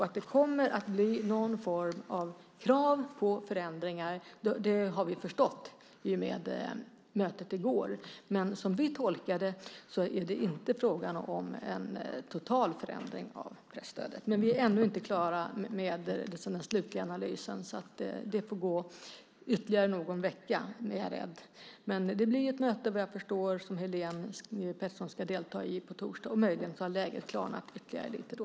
Att det kommer att bli någon form av krav på förändringar har vi förstått i och med mötet i går. Som vi tolkar det är det inte fråga om en total förändring av presstödet. Men vi är ännu inte klara med den slutliga analysen. Det kommer att ta ytterligare någon vecka, är jag rädd. Men det blir ett möte, vad jag förstår, som Helene Petersson ska delta i på torsdag. Möjligen har läget klarnat lite ytterligare då.